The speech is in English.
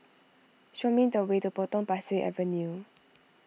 show me the way to Potong Pasir Avenue